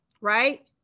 right